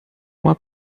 uma